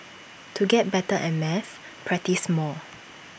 to get better at maths practise more